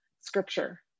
scripture